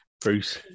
Bruce